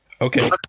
Okay